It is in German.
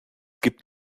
gibt